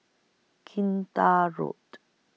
Kinta Road